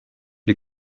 les